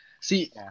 See